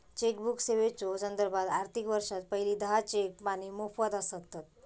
chequebook सेवेच्यो संदर्भात, आर्थिक वर्षात पहिली दहा चेक पाने मोफत आसतत